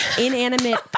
inanimate